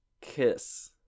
kiss